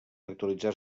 actualitzar